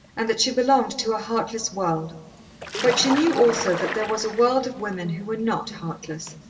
and that she belonged to a heartless world but she knew also that there was a world of women who were not heartless.